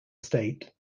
state